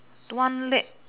one leg